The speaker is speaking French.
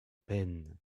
peines